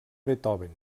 beethoven